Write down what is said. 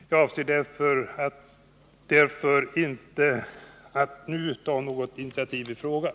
Jag avser därför inte att nu ta något initiativ i frågan.